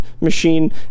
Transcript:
machine